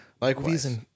Likewise